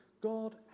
God